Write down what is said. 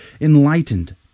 enlightened